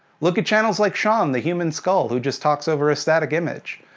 look at channels like shaun, the human skull, who just talks over a static image.